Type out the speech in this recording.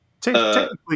Technically